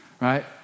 right